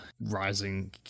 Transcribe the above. rising